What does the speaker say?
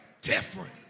different